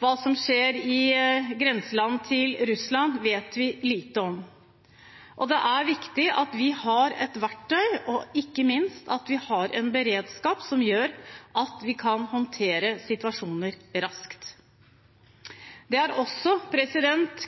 hva som skjer i grenseland til Russland, vet vi lite om, og det er viktig at vi har et verktøy og ikke minst en beredskap som gjør at vi kan håndtere situasjoner raskt. Det er også